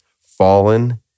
fallen